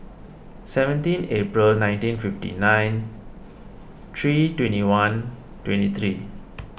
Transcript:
seventeen April nineteen fifty nine three twenty one twenty three